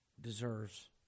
deserves